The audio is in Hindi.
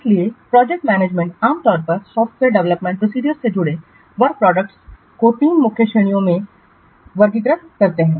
इसलिए प्रोजेक्ट मैनेजमेंट आम तौर पर सॉफ्टवेयर डेवलपमेंट प्रोसीजरसे जुड़े वर्क प्रोडक्टसों को तीन मुख्य श्रेणियों में वर्गीकृत करते हैं